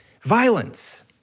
violence